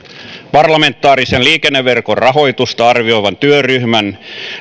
liikenneverkon rahoitusta arvioivan parlamentaarisen työryhmän